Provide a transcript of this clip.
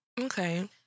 Okay